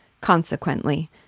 Consequently